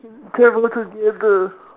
travel together